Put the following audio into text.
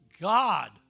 God